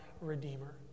redeemer